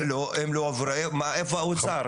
איפה האוצר?